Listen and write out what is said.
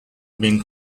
been